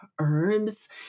herbs